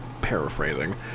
paraphrasing